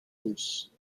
russe